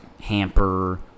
hamper